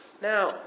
now